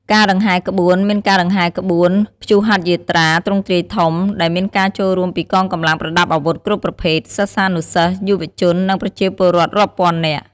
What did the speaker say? ការដង្ហែរក្បួន មានការដង្ហែរក្បួនព្យុហយាត្រាទ្រង់ទ្រាយធំ ដែលមានការចូលរួមពីកងកម្លាំងប្រដាប់អាវុធគ្រប់ប្រភេទ សិស្សានុសិស្ស យុវជន និងប្រជាពលរដ្ឋរាប់ពាន់នាក់។